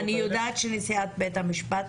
אני יודעת שלנשיאת בית המשפט